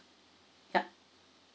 yup